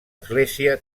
església